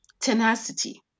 tenacity